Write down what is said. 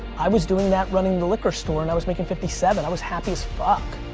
i was doing that running the liquor store and i was making fifty seven, i was happy as fuck.